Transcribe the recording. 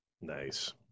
Nice